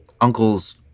uncle's